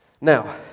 Now